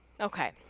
Okay